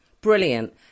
Brilliant